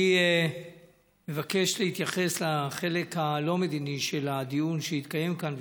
אני מבקש להתייחס לחלק הלא-מדיני של הדיון שהתקיים כאן,